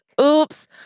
Oops